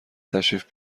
تشریف